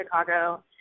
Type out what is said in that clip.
Chicago